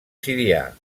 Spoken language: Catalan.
sirià